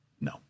no